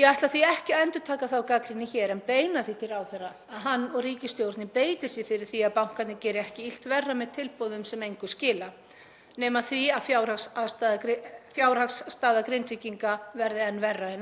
Ég ætla því ekki að endurtaka þá gagnrýni hér en beini því til ráðherra að hann og ríkisstjórnin beiti sér fyrir því að bankarnir geri ekki illt verra með tilboðum sem engu skila nema því að fjárhagsstaða Grindvíkinga verði enn verri